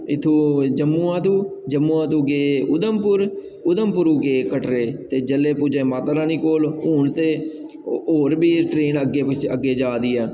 इत्थूं जम्मू तूं गै उधमपुर उधमपुर तूं गै कटरे ते जेल्लै पुज्जे माता रानी कोल हून ते होर बी उत्थै अग्गें पिच्छें जा दी ऐ